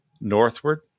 northward